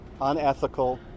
unethical